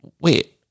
wait